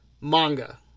manga